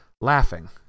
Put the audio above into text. laughing